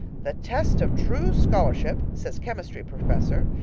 the test of true scholarship says chemistry professor,